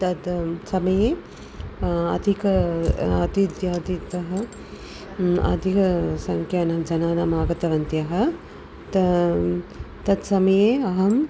तद् समये अधिकम् अत्यधिकः अधिक सङ्ख्यानि जनानां आगतवन्त्यः ता तत् समये अहम्